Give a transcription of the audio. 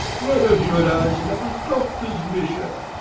why don't you and i set up as doctors, misha?